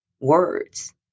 words